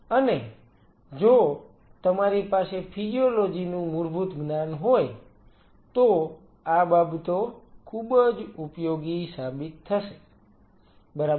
અને જો તમારી પાસે ફિજીયોલોજી નું મૂળભૂત જ્ઞાન હોય તો આ બાબતો ખૂબ જ ઉપયોગી સાબિત થશે બરાબર